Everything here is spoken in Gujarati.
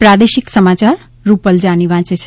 પ્રાદેશિક સમાચાર રૂપલ જાની વાંચે છે